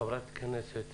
חברת הכנסת